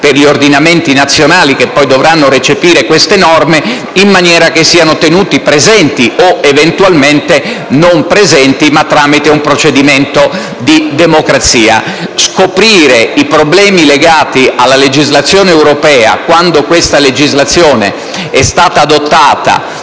per gli ordinamenti nazionali che poi dovranno recepire queste norme, in maniera che esse siano tenute presenti o, eventualmente, non presenti, ma sempre tramite un procedimento di democrazia. Scoprire i problemi legati alla legislazione europea quando questa è stata adottata